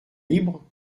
libre